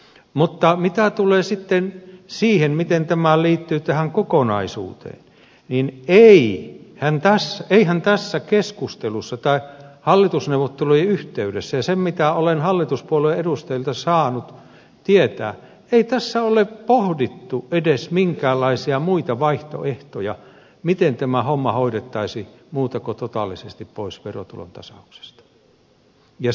mutta mitä tulee sitten siihen miten tämä liittyy tähän kokonaisuuteen niin eihän tässä keskustelussa tai hallitusneuvottelujen yhteydessä ja sen perusteella mitä olen hallituspuolueiden edustajilta saanut tietää ole pohdittu edes minkäänlaisia muita vaihtoehtoja miten tämä homma hoidettaisiin muuten kuin totaalisesti pois verotulon tasauksesta